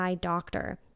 doctor